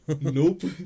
Nope